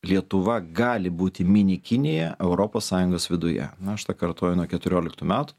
lietuva gali būti mini kinija europos sąjungos viduje na aš tą kartoju nuo keturioliktų metų